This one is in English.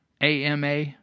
AMA